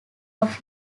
off